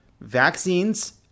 vaccines